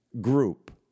group